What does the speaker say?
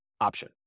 option